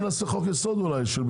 אז בואי נעשה חוק ייסוד אולי.